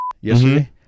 yesterday